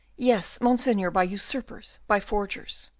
yes, monseigneur, by usurpers, by forgers.